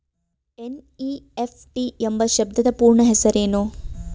NEFT ಎಂಬ ಶಬ್ದದ ಪೂರ್ಣ ಹೆಸರೇನು?